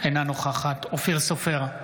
אינה נוכחת אופיר סופר,